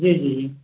जी जी जी